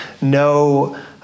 no